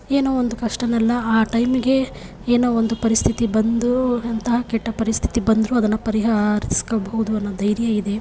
ಏನೋ ಒಂದು ಕಷ್ಟನ್ನೆಲ್ಲ ಆ ಟೈಮಿಗೆ ಏನೋ ಒಂದು ಪರಿಸ್ಥಿತಿ ಬಂದು ಅಂತಹ ಕೆಟ್ಟ ಪರಿಸ್ಥಿತಿ ಬಂದ್ರೂ ಅದನ್ನು ಪರಿಹರಿಸ್ಕೋಬಹ್ದು ಅನ್ನೋ ಧೈರ್ಯ ಇದೆ